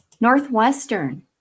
Northwestern